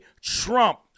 Trump